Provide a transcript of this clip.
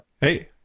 Hey